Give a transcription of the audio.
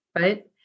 right